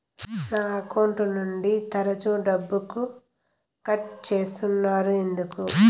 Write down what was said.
నా అకౌంట్ నుండి తరచు డబ్బుకు కట్ సేస్తున్నారు ఎందుకు